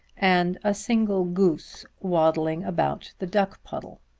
and a single goose waddling about the duck-puddle.